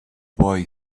boy